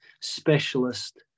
specialist